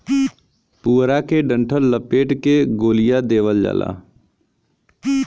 पुआरा के डंठल लपेट के गोलिया देवला